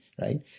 right